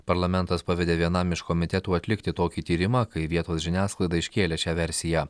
parlamentas pavedė vienam iš komitetų atlikti tokį tyrimą kai vietos žiniasklaida iškėlė šią versiją